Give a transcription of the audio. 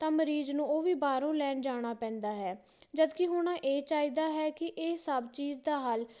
ਤਾਂ ਮਰੀਜ਼ ਨੂੰ ਉਹ ਵੀ ਬਾਹਰੋਂ ਲੈਣ ਜਾਣਾ ਪੈਂਦਾ ਹੈ ਜਦਕਿ ਹੋਣਾ ਇਹ ਚਾਹੀਦਾ ਹੈ ਕਿ ਇਹ ਸਭ ਚੀਜ਼ ਦਾ ਹੱਲ